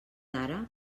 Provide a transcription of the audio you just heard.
ara